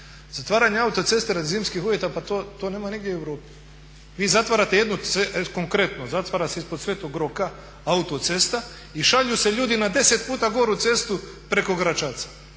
Zatvaranje autocesta radi zimskih uvjeta pa to nema nigdje u europi. Konkretno, zatvara se ispod sv. Roka autocesta i šalju se ljudi na 10 puta goru cestu preko Gračaca